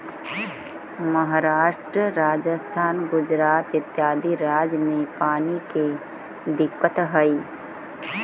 महाराष्ट्र, राजस्थान, गुजरात इत्यादि राज्य में पानी के दिक्कत हई